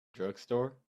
drugstore